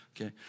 okay